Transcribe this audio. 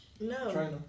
No